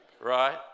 right